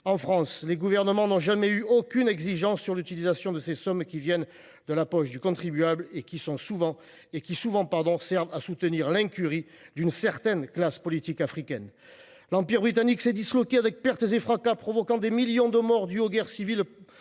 En France, les gouvernements n’ont jamais eu aucune exigence sur l’utilisation de ces sommes, qui viennent de la poche du contribuable et qui, souvent, servent à soutenir l’incurie d’une certaine classe politique africaine. L’Empire britannique s’est disloqué avec perte et fracas, provoquant des millions de morts dus aux guerres civiles